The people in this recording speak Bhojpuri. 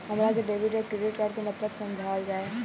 हमरा के डेबिट या क्रेडिट कार्ड के मतलब समझावल जाय?